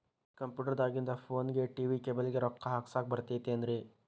Computer ದಾಗಿಂದ್ ಫೋನ್ಗೆ, TV cable ಗೆ, ರೊಕ್ಕಾ ಹಾಕಸಾಕ್ ಬರತೈತೇನ್ರೇ?